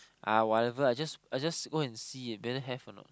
ah whatever I just I just go and see whether have or not